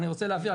אני רוצה להבהיר,